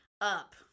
up